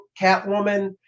Catwoman